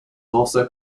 also